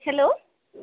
hello